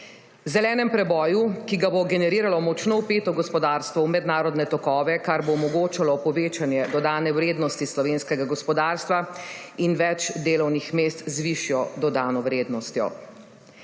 zelenem preboju, ki ga bo generiralo močno vpeto gospodarstvo v mednarodne tokove, kar bo omogočalo povečanje dodane vrednosti slovenskega gospodarstva in več delovnih mest z višjo dodano vrednostjo;